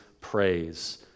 praise